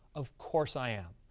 of course i am.